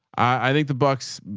i think the bucks,